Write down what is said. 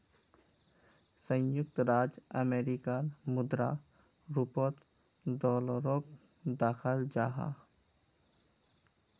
संयुक्त राज्य अमेरिकार मुद्रा रूपोत डॉलरोक दखाल जाहा